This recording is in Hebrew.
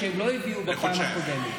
מה שהם לא הביאו בפעם הקודמת.